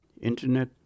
internet